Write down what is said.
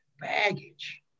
baggage